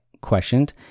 questioned